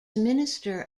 minister